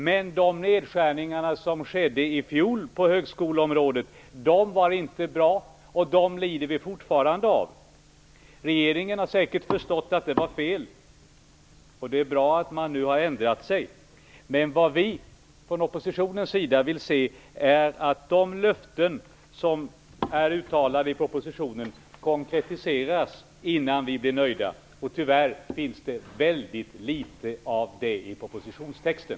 Men de nedskärningar som gjordes i fjol på högskoleområdet var inte bra, dem lider vi fortfarande av. Regeringen har säkert förstått att det var fel. Det är bra att man nu har ändrat sig. Men vad vi från oppositionens sida vill se är att de löften som är uttalade i propositionen konkretiseras innan vi blir nöjda. Tyvärr finns det väldigt litet av det i propositionstexten.